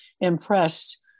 impressed